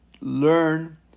learn